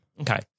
Okay